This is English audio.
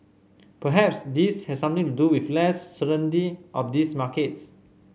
perhaps this has something to do with less certainty of these markets